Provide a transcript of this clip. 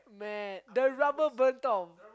mad the rubber burnt off